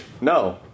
No